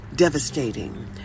devastating